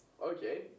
Okay